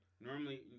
Normally